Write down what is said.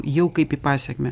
jau kaip į pasekmę